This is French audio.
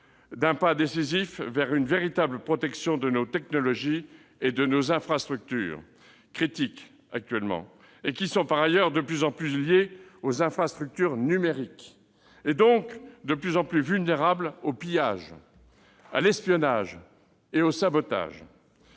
d'un pas décisif vers une véritable protection de nos technologies et de nos infrastructures critiques, qui sont par ailleurs de plus en plus liées aux infrastructures numériques et donc de plus en plus vulnérables face au pillage, à l'espionnage et au sabotage.